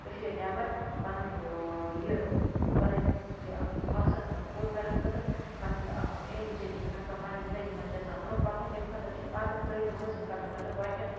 کٔشیٖر نیٚبَر پَنُن یہِ پَنٕنۍ یہِ اَکھ مَقصَد تِمَن پوٗرٕ کَرنہٕ خٲطرٕ تہٕ پنٕنۍ اکھ ییٚمہِ سۭتۍ تِم ہیٚکان پَننہِ زِنٛدگی مَنٛز یَژھان برٛونٛہہ پَکٕنۍ تَمہِ خٲطرٕ چھِ پَرٕنۍ تعلیٖم حٲصِل کَرنہٕ خٲطرٕ باقیَن